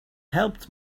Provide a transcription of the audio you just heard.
helped